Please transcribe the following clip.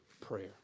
prayer